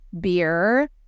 beer